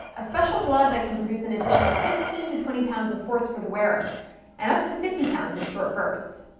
a special glove that can produce an additional fifteen to twenty pounds of force for the wearer and up to fifty pounds in short bursts.